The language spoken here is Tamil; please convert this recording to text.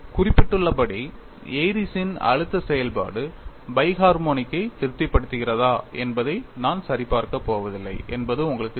குறிப்பிட்டுள்ளபடி ஏரிஸ்ன் Airy's அழுத்த செயல்பாடு பை ஹர்மொனிக்கை திருப்திப்படுத்துகிறதா என்பதை நான் சரிபார்க்கப் போவதில்லை என்பது உங்களுக்குத் தெரியும்